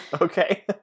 Okay